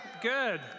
Good